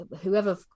whoever